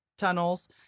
Tunnels